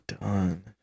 done